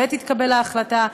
כשתתקבל ההחלטה,